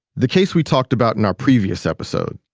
the case we talked about in our previous episode.